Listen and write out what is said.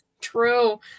True